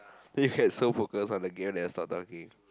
then you get so focused on the game that you stop talking